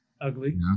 Ugly